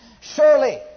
Surely